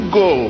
go